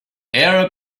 arab